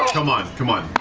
come on, come on,